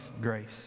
grace